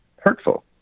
hurtful